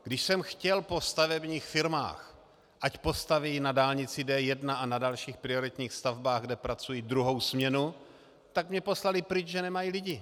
Když jsem chtěl po stavebních firmách, ať postaví na dálnici D1 a na dalších prioritních stavbách, kde pracují, druhou směnu, tak mě poslali pryč, že nemají lidi.